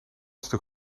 stuk